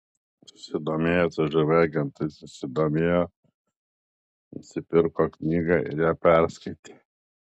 susidomėję cžv agentai susidomėjo nusipirko knygą ir ją perskaitė